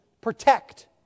protect